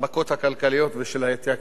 של ההתייקרויות ושל האבטלה,